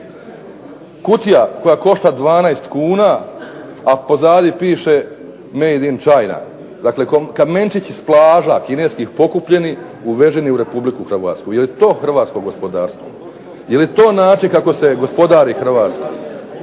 kutija koja košta 12 kuna, a pozadi piše "Made in china", kamenčići s plaža pokupljenih uveženi u Republiku Hrvatsku, je li to Hrvatsko gospodarstvo, je li to način kako se gospodari Hrvatska,